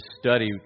study